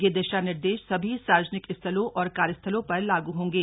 ये दिशा निर्देश सभी सार्वजनिक स्थलों और कार्यस्थलों पर लागू होंगे